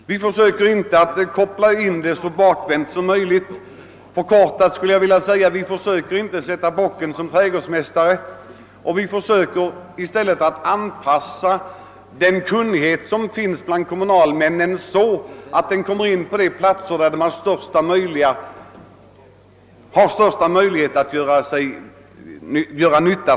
Vi undviker att använda denna sakkunskap på ett bakvänt sätt, och sätta bocken som trädgårdsmästa re. Vi försöker i stället utnyttja den kunnighet som finns bland kommunalmännen på ett sådant sätt att dessa placeras på de platser där deras kunskaper har största förutsättningarna att komma till nytta.